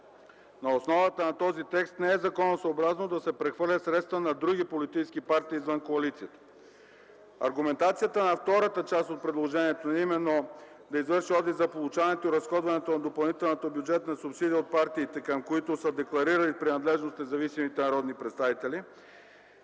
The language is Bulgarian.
На основата на този текст не е законосъобразно да се прехвърлят средства на други политически партии извън коалицията. Аргументацията на втората част от предложението, а именно да извърши одит за получаването, разходването на допълнителната бюджетна субсидия от партиите, към които са декларирали принадлежност независимите народни представители,